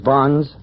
Bonds